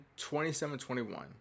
27-21